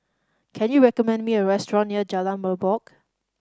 can you recommend me a restaurant near Jalan Merbok